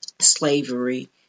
slavery